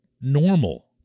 normal